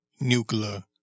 nuclear